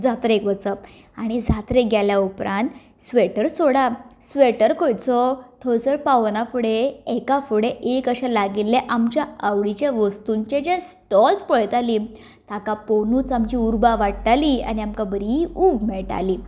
जात्रेक वचप आनी जात्रेक गेल्या उपरांत स्वेटर सोडप स्वेटर खंयचो थंयसर पावना फुडें एका फुडें एक अशे लागिल्ले आमचे आवडीचे वस्तूंचे जे स्टोल्स पळयताली ताका पळोवनच आमची उर्बा वाडटाली आनी आमकां बरी उब मेळटाली